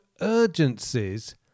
urgencies